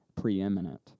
preeminent